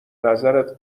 نظرت